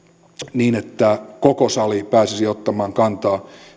niin että koko sali pääsisi ottamaan kantaa